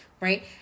Right